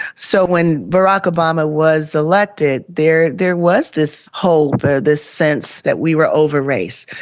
so when barack obama was elected there there was this hope, this sense that we were over race.